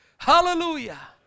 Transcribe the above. hallelujah